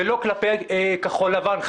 ולא כלפי כחול לבן,